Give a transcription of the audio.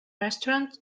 restaurant